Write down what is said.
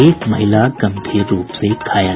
एक महिला गम्भीर रूप से घायल